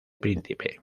príncipe